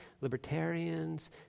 libertarians